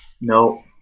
No